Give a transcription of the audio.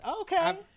Okay